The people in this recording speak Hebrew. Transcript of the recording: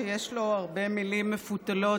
שיש לו הרבה מילים מפותלות,